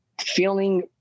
feeling